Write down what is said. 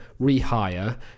rehire